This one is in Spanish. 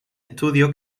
estudio